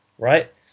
Right